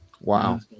wow